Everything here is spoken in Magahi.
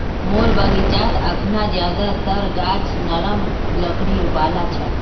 मोर बगीचात अखना ज्यादातर गाछ नरम लकड़ी वाला छ